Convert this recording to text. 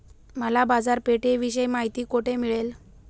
मला बाजारपेठेविषयी माहिती कोठे मिळेल?